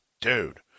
Dude